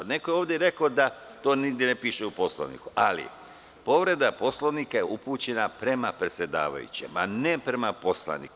Neko je ovde rekao da to nigde ne piše u Poslovniku, ali povreda Poslovnika je upućena prema predsedavajućem, a ne prema poslaniku.